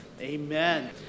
Amen